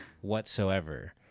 whatsoever